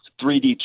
3D